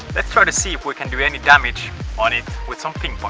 let's try to see if we can do any damage on it with some